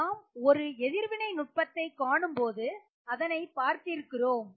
நாம் ஒரு எதிர்வினை நுட்பத்தை காணும்போது அதனைப்பற்றி பார்த்திருக்கிறோம்